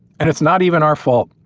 and it's not even our fault.